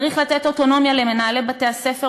צריך לתת אוטונומיה למנהלי בתי-הספר